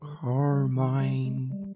Carmine